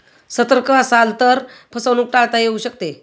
सतर्क असाल तर फसवणूक टाळता येऊ शकते